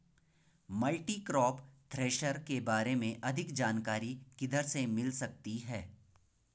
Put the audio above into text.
Multicrop thresher के बारे में अधिक जानकारी किधर से मिल सकती है?